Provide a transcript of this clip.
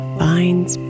finds